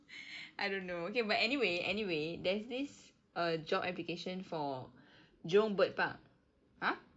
I don't know okay but anyway anyway there's this uh job application for jurong bird park !huh!